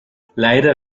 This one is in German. leider